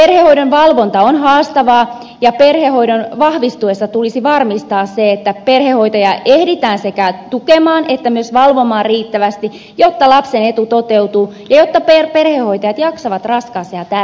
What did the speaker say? perhehoidon valvonta on haastavaa ja perhehoidon vahvistuessa tulisi varmistaa se että perhehoitajia ehditään sekä tukemaan että myös valvomaan riittävästi jotta lapsen etu toteutuu ja jotta perhehoitajat jaksavat raskaassa ja tärkeässä työssään